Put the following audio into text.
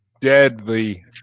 deadly